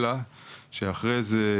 אלא שאחרי זה,